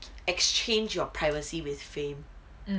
exchange your privacy with fame